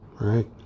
Right